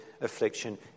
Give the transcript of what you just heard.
affliction